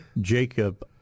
Jacob